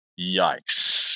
yikes